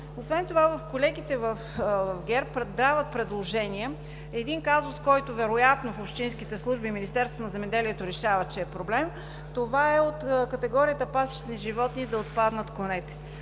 Освен това колегите от ГЕРБ дават предложение един казус, който вероятно в общинските служби и Министерството на земеделието решават, че е проблем – от категорията „пасищни животни“ да отпаднат конете.